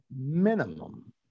minimum